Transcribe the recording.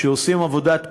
שעושים עבודת קודש,